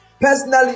Personally